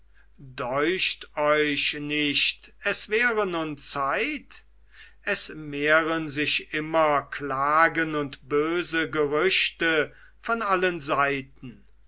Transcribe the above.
deucht euch nicht es wäre nun zeit es mehren sich immer klagen und böse gerüchte von allen seiten